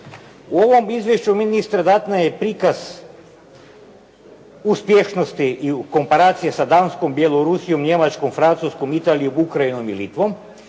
U ovom izvješću ministre … prikaz uspješnosti i komparacije sa Danskom Bjelorusijom, Njemačkom, Francuskom, Italijom, Ukrajinom i Litvom